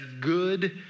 good